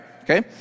Okay